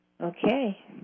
Okay